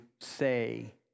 say